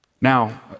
Now